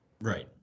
Right